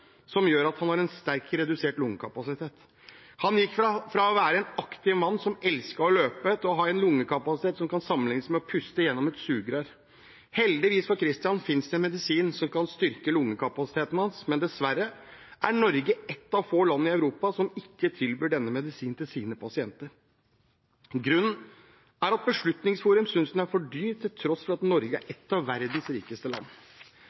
som gjør at han har en sterkt redusert lungekapasitet. Han gikk fra å være en aktiv mann som elsket å løpe, til å ha en lungekapasitet som kan sammenliknes med det å puste gjennom et sugerør. Heldigvis for Christian finnes det en medisin som kan styrke lungekapasiteten hans, men dessverre er Norge ett av få land i Europa som ikke tilbyr denne medisinen til sine pasienter. Grunnen er at Beslutningsforum synes den er for dyr, til tross for at Norge er et av verdens rikeste land.